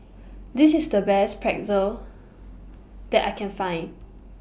This IS The Best Pretzel that I Can Find